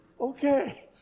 okay